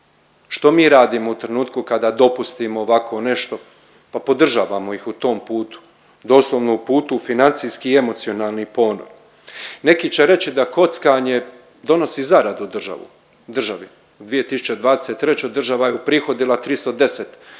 Što mi radimo u trenutku kada dopustimo ovako nešto? Pa podržavamo ih u tom putu, doslovno u putu financijski i emocionalni ponor. Neki će reći da kockanje zaradu u državu, državi. U 2023. država je uprihodila 310